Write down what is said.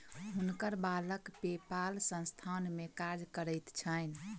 हुनकर बालक पेपाल संस्थान में कार्य करैत छैन